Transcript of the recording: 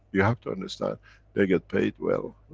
you have to understand they get paid well.